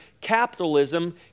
Capitalism